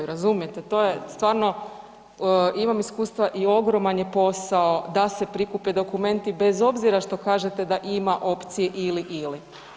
Razumijete, to je stvarno, imam iskustva i ogroman je posao da se prikupe dokumenti bez obzira što kažete da ima opcije ili – ili.